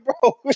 bro